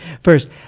First